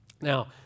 Now